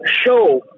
show